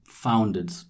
founded